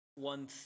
one